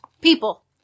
People